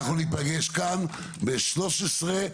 מי בעד הסתייגות 3?